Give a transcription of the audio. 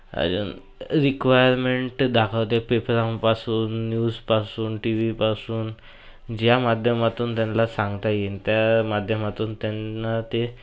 अजून रिक्वायरमेंट दाखवते पेपरांपासून न्यूजपासून टी वीपासून ज्या माध्यमातून त्यांना सांगता येईन त्या माध्यमातून त्यांना ते